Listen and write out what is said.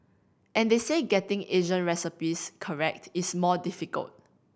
and they say getting Asian recipes correct is more difficult